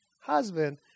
husband